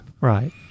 Right